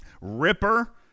Ripper